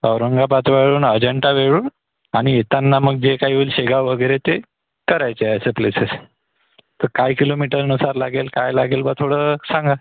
औरंगाबादजवळून अजिंठा वेरूळ आणि येताना मग जे काय होईल शेगाव वगैरे ते करायचे असे प्लेसेस तर काय किलोमीटरनुसार लागेल काय लागेल बा थोडं सांगा